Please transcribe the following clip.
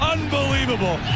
Unbelievable